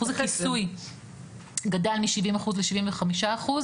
אחוז הכיסוי גדל מ-70 אחוז ל-75 אחוז